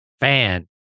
Fan